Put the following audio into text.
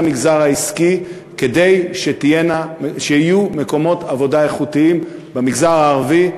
המגזר העסקי כדי שיהיו מקומות עבודה איכותיים במגזר הערבי,